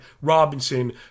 Robinson